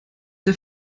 der